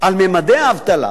על ממדי האבטלה,